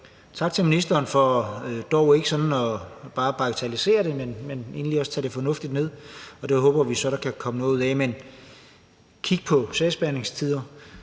tak til ministeren for ikke bare at bagatellisere det, men egentlig også at tage det fornuftigt ned. Det håber vi så der kan komme noget ud af. Men kig på sagsbehandlingstider,